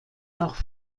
nach